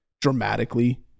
dramatically